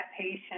patient